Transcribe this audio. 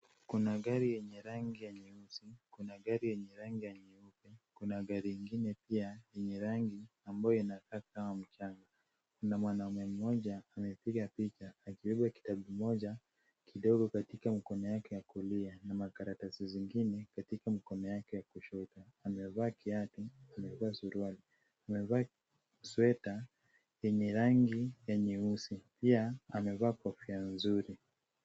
Kuna gari yenye rangi ya nyeusi, kuna gari yenye rangi ya nyeupe, kuna gari ingine pia yenye rangi ambayo inakaa kama mchanga. Kuna mwanaume mmoja amepiga picha akibeba kitabu kimoja kidogo katika mkono yake ya kulia na makaratasi zingine katika mkono yake ya kushoto. Amevaa kiatu, amevaa suruali. Amevaa sweta yenye rangi ya nyeusi. Pia amevaa kofia nzuri.